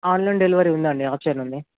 online delivery ఉందండి option ఉంది